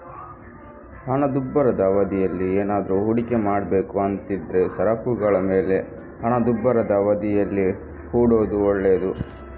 ಹಣದುಬ್ಬರದ ಅವಧಿಯಲ್ಲಿ ಏನಾದ್ರೂ ಹೂಡಿಕೆ ಮಾಡ್ಬೇಕು ಅಂತಿದ್ರೆ ಸರಕುಗಳ ಮೇಲೆ ಹಣದುಬ್ಬರದ ಅವಧಿಯಲ್ಲಿ ಹೂಡೋದು ಒಳ್ಳೇದು